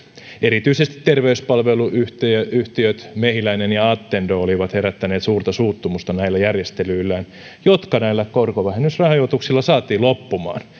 erityisesti terveyspalveluyhtiöt mehiläinen ja attendo olivat herättäneet suurta suuttumusta näillä järjestelyillään jotka näillä korkovähennysrajoituksilla saatiin loppumaan